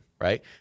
right